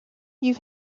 you